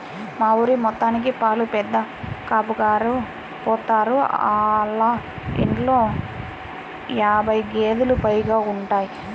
మా ఊరి మొత్తానికి పాలు పెదకాపుగారే పోత్తారు, ఆళ్ళ ఇంట్లో యాబై గేదేలు పైగా ఉంటయ్